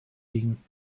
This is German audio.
liegen